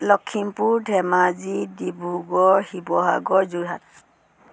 Lakhimpur Dhemaji Dibrugarh Sivasagar Jorhat